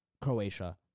Croatia